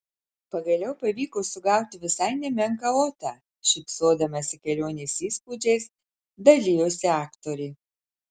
pagaliau pavyko sugauti visai nemenką otą šypsodamasi kelionės įspūdžiais dalijosi aktorė